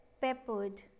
peppered